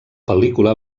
pel·lícula